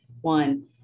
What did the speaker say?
one